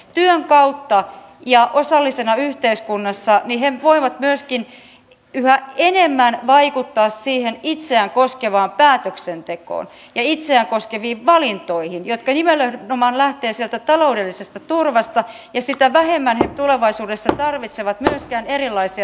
työn kautta ja osallisena yhteiskunnassa he voivat myöskin yhä enemmän vaikuttaa siihen itseään koskevaan päätöksentekoon ja itseään koskeviin valintoihin jotka nimenomaan lähtevät sieltä taloudellisesta turvasta ja sitä vähemmän he tulevaisuudessa tarvitsevat myöskin erilaisia tulonsiirtoja